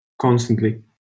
constantly